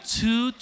two